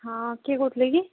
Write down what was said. ହଁ କିଏ କହୁଥିଲେ କି